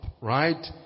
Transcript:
right